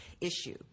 issue